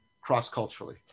cross-culturally